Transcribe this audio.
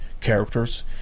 characters